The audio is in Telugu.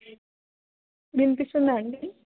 వినిపిస్తుందా అండి